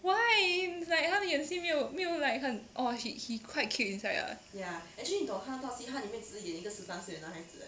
why is like 他们演戏没有没有 like 很 orh orh he he quite cute inside ah